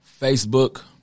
Facebook